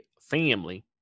family